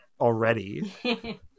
already